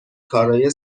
کارای